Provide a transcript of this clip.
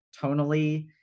tonally